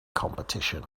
competition